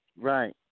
Right